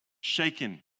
shaken